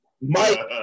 Mike